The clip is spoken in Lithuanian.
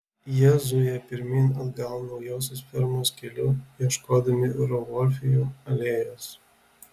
jie zuja pirmyn atgal naujosios fermos keliu ieškodami rauvolfijų alėjos